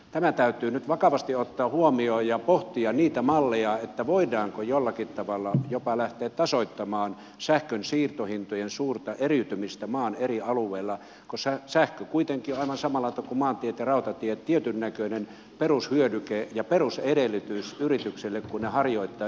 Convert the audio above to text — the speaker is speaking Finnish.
tämä täytyy nyt vakavasti ottaa huomioon ja pohtia niitä malleja että voidaanko jollakin tavalla jopa lähteä tasoittamaan sähkön siirtohintojen suurta eriytymistä maan eri alueilla koska sähkö kuitenkin on aivan samalla tavalla kuin maantiet ja rautatiet tietynnäköinen perushyödyke ja perusedellytys yrityksille kun ne harjoittavat yritystoimintaa